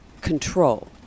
control